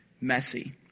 messy